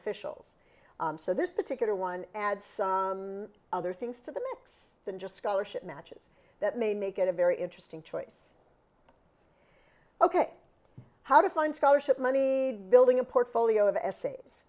officials so this particular one adds other things to the mix than just scholarship matches that may make it a very interesting choice ok how to find scholarship money building a portfolio of essays